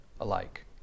alike